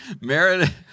Meredith